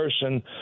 person